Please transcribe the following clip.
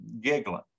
giggling